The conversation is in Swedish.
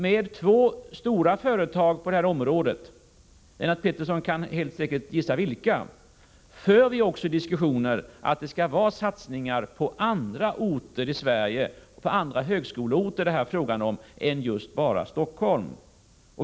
Med två stora företag på detta område — Lennart Pettersson kan helt säkert gissa vilka — för vi diskussioner om att det skall vara satsningar på andra orter, högskoleorter, i Sverige än just bara Stockholm.